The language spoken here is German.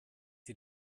sie